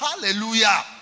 Hallelujah